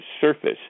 Surface